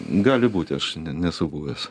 gali būti aš nesu buvęs